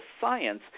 science